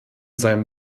seinen